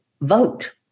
vote